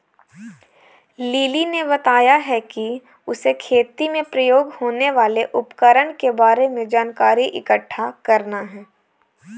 lily ने बताया कि उसे खेती में प्रयोग होने वाले उपकरण के बारे में जानकारी इकट्ठा करना है